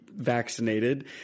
Vaccinated